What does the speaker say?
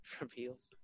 Reveals